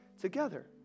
together